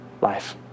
life